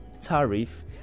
tariff